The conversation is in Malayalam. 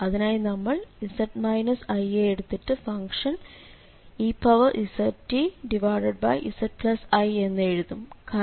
അതിനായി നമ്മൾ z i യെ എടുത്തിട്ട് ഫംഗ്ഷൻ eztzi എന്ന് എഴുതും